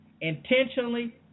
intentionally